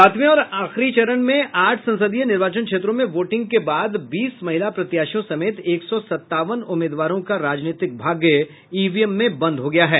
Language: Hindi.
सातवें और आखिरी चरण में आठ संसदीय निर्वाचन क्षेत्रों में वोटिंग के बाद बीस महिला प्रत्याशियों समेत एक सौ सतावन उम्मीदवारों का राजनीतिक भाग्य इवीएम में बंद होगया है